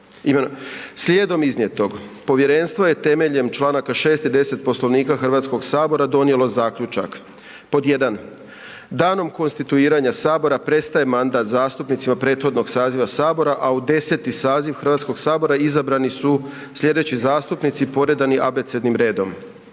Slijedom iznijetog, povjerenstvo je temeljem Članaka 6. i 10. Poslovnika Hrvatskog sabora donijelo zaključak. Pod 1. danom konstituiranja sabora prestaje mandat zastupnicima prethodnog saziva sabora, a u 10. saziv Hrvatskog sabora izabrani su slijedeći zastupnici poredani abecednim redom: